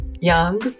young